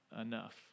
enough